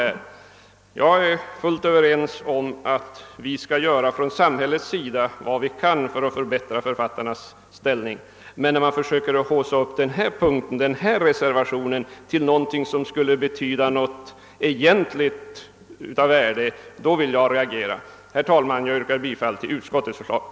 Jag anser också att vi från samhällets sida skall göra vad vi kan för att förbättra författarnas ställning, men när man försöker haussa upp denna reservation till någonting så viktigt vill jag reagera. Herr talman! Jag yrkar bifall till utskottets hemställan.